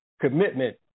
commitment